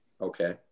okay